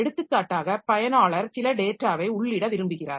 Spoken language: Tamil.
எடுத்துக்காட்டாக பயனாளர் சில டேட்டாவை உள்ளிட விரும்புகிறார்